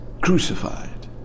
crucified